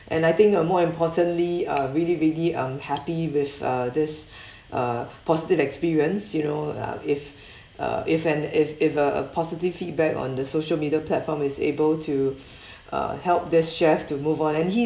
and I think uh more importantly uh really really um happy with uh this uh positive experience you know uh if uh if an if if a a positive feedback on the social media platform is able to uh help this chef to move on and he